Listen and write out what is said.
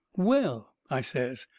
well, i says,